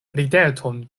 rideton